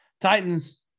Titans